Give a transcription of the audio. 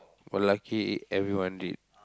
oh lucky everyone did